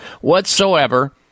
whatsoever